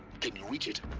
can you reach it?